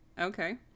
Okay